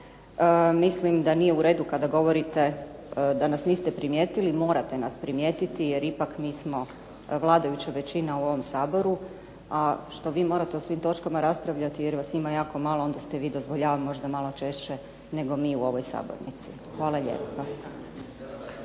mislim da nije u redu kada govorite da nas niste primijetili, morate nas primijetiti jer ipak mi smo vladajuća većina u ovom Saboru, a što vi morate o svim točkama raspravljati jer vas ima jako malo, onda ste vi ... možda malo češće nego mi u ovoj Sabornici. Hvala.